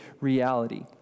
reality